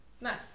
Nice